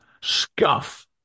scuff